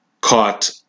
caught